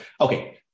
okay